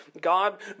God